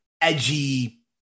edgy